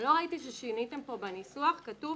לא ראיתי ששיניתם פה בניסוח כתוב